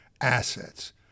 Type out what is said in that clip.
assets